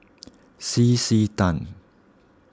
C C Tan